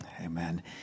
Amen